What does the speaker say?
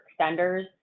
extenders